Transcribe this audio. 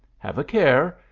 have a care!